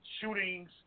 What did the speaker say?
shootings